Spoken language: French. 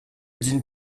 dîne